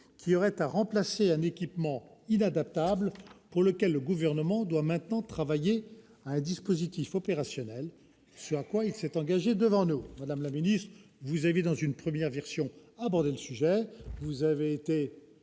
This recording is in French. qui auraient à remplacer un équipement inadaptable, pour lequel le Gouvernement doit maintenant travailler à un dispositif opérationnel, ce à quoi il s'est engagé devant nous. Madame la ministre, vous avez soumis un premier projet au Conseil d'État, qui ne l'a